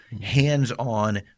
hands-on